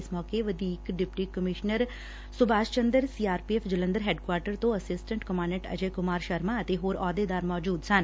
ਇਸ ਮੌਕੇ ਵਧੀਕ deputy commissioner Subhash Chander CRPF Jalandhar head quarter ਤੋਂ ਅਸਿਸਟੈਂਟ ਕਮਾਂਡੈਟ ਅਜੇ ਕੁਮਾਰ ਸ਼ਰਮਾ ਅਤੇ ਹੋਰ ਅਹੁਦੇਦਾਰ ਮੌਜੁਦ ਸਨ